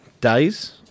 days